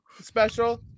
special